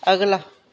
ਅਗਲਾ